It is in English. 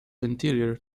interior